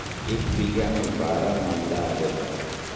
एक बीघा में बारह मंडा आवेला